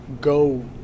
go